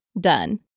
Done